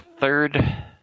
third